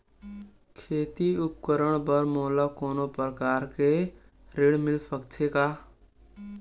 खेती उपकरण बर मोला कोनो प्रकार के ऋण मिल सकथे का?